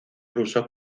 rusos